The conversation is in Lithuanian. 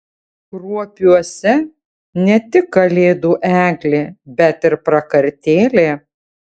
kruopiuose ne tik kalėdų eglė bet ir prakartėlė